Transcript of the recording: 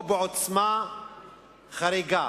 או בעוצמה חריגה